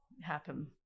happen